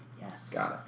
Yes